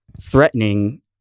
threatening